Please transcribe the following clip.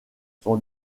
son